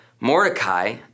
Mordecai